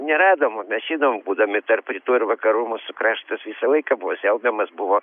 neradom mes žinom būdami tarp rytų ir vakarų mūsų kraštas visą laiką buvo siaubiamas buvo